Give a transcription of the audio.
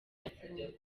baziranye